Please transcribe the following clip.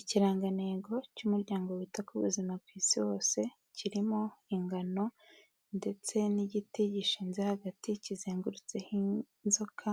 Ikirangantego cy'umuryango wita ku buzima ku isi hose kirimo ingano ndetse n'igiti gishinze hagati kizengurutseho inzoka,